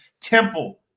temple